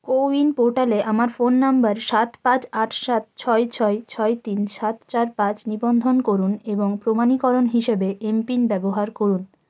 CoWIN পোর্টালে আমার phone number সাত পাঁচ আট সাত ছয় ছয় ছয় তিন সাত চার পাঁচ নিবন্ধন করুন এবং প্রমাণীকরণ হিসেবে এমপিন ব্যবহার করুন